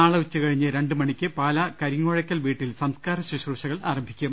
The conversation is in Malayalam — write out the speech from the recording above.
നാളെ ഉച്ച കഴിഞ്ഞ് രണ്ട് മണിക്ക് പാലാ കരിങ്ങോഴയ്ക്കൽ വീട്ടിൽ സംസ്കാര ശുശ്രൂഷകൾ ആരംഭിക്കും